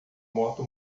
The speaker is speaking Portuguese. moto